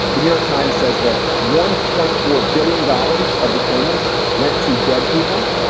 the new york times says that one point four billion dollars of the payments went to dead people.